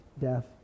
death